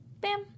bam